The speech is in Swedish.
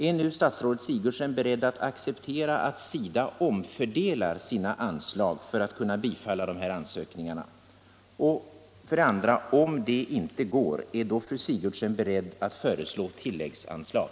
Är nu statsrådet Sigurdsen beredd att acceptera att SIDA omfördelar sina anslag för att kunna bifalla dessa ansökningar? Om det inte går, är fru Sigurdsen då beredd att föreslå tilläggsanslag?